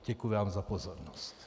Děkuji vám za pozornost.